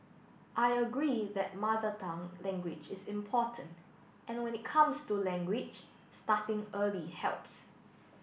I agree that Mother Tongue language is important and when it comes to language starting early helps